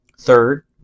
third